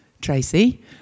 Tracy